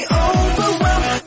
overwhelmed